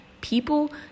people